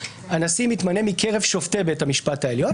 הנשיא מתמנה מקרב שופטי בית המשפט העליון.